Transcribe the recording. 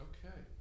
Okay